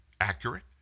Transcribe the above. accurate